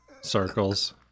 circles